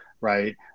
right